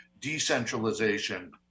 decentralization